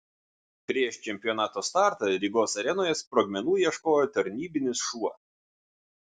prieš čempionato startą rygos arenoje sprogmenų ieškojo tarnybinis šuo